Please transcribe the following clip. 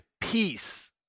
peace